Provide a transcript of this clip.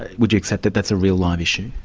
ah would you accept that that's a real live issue?